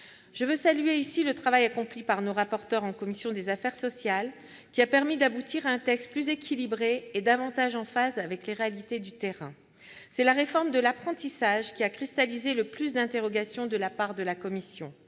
Je veux saluer ici le travail accompli par nos rapporteurs en commission des affaires sociales qui a permis d'aboutir à un texte plus équilibré et davantage en phase avec les réalités du terrain. C'est la réforme de l'apprentissage qui a cristallisé le plus d'interrogations de la part de la commission.